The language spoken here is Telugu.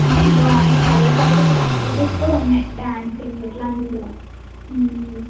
అంటే డ్రాయింగ్ అదర్ కల్చరల్ యాక్టివిటీస్ కూడా ఉన్నాయి డ్యాన్సింగ్ ఇట్లాంటివి కూడా